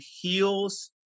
heals